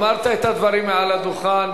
אמרת את הדברים מעל הדוכן,